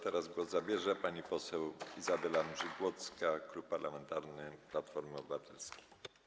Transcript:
Teraz głos zabierze pani poseł Izabela Mrzygłocka, Klub Parlamentarny Platforma Obywatelska.